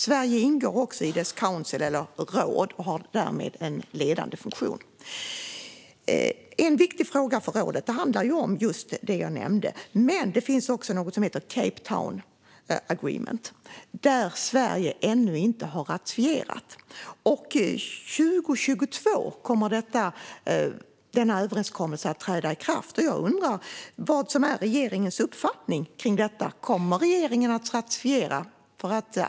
Sverige ingår också i dess council, eller råd, och har därmed en ledande funktion. En viktig fråga för rådet handlar om just det som jag nämnde. Men det finns också något som heter Cape Town Agreement, som Sverige ännu inte har ratificerat. År 2022 kommer denna överenskommelse att träda i kraft. Jag undrar vad som är regeringens uppfattning i fråga om detta. Kommer regeringen att ratificera?